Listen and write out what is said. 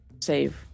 save